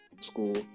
school